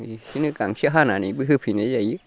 बिसोरनो गांसो हानानै होफैनायबो जायो